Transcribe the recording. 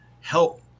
help